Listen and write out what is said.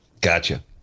Gotcha